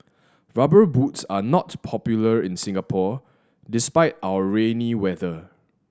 Rubber Boots are not popular in Singapore despite our rainy weather